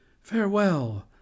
farewell